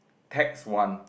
text one